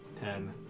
ten